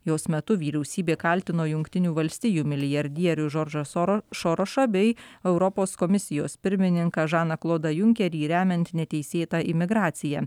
jos metu vyriausybė kaltino jungtinių valstijų milijardierių džordžą sorosą bei europos komisijos pirmininką žaną klodą junkerį remiant neteisėtą imigraciją